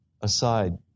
Aside